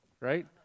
Right